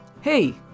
Hey